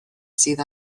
sydd